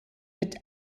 mit